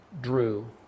Drew